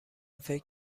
فکر